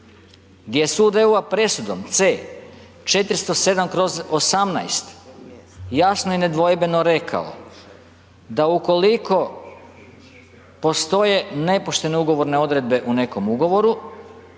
gdje je sud EU-a presudom C-407/18 jasno i nedvojbeno rekao da ukoliko postoje nepoštene ugovorne odredbe u nekom ugovoru,